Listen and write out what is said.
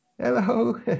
Hello